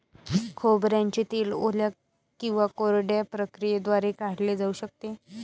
खोबऱ्याचे तेल ओल्या किंवा कोरड्या प्रक्रियेद्वारे काढले जाऊ शकते